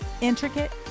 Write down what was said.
Intricate